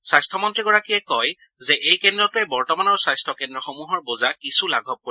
স্বাস্থ্যমন্ত্ৰীগৰাকীয়ে কয় যে এই কেন্দ্ৰটোৱে বৰ্তমানৰ স্বাস্থ্য কেন্দ্ৰসমূহৰ বোজা কিছু লাঘব কৰিব